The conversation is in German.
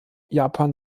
japan